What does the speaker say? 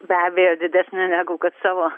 be abejo didesnė negu kad savo